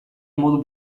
modu